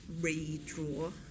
redraw